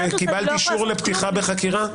וקיבלת אישור לפתיחה בחקירה?